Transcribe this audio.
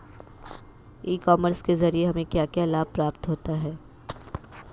ई commerce के ज़रिए हमें क्या क्या लाभ प्राप्त होता है?